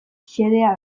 xedea